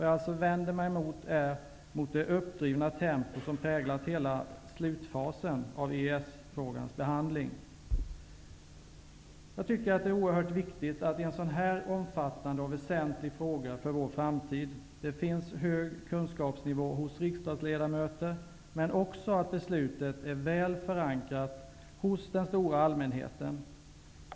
Jag vänder mig alltså mot det uppdrivna tempo som präglat hela slutfasen av EES Jag tycker att det är oerhört viktigt att det i en sådan här omfattande och väsentlig fråga om vår framtid finns hög kunskapsnivå hos riksdagsledamöter, men också att beslutet är väl förankrat hos den stora allmänheten.